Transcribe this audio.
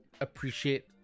appreciate